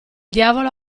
diavolo